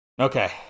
Okay